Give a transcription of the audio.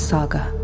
Saga